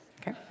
okay